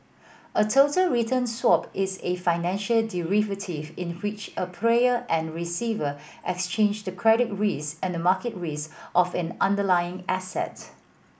a total return swap is a financial derivative in which a payer and receiver exchange the credit risk and market risk of an underlying asset